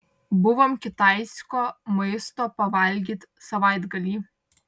buvom kitaisko maisto pavalgyt savaitgalį